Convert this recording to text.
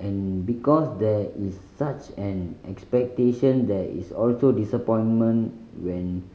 and because there is such an expectation there is also disappointment when